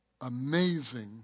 Amazing